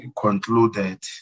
concluded